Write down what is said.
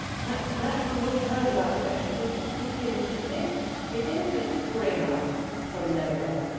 and at that time we all have heard about the french resistance it didn't exist. it didn't just spring up from nowhere,